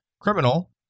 criminal